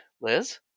liz